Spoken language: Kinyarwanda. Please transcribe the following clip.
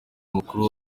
mukuru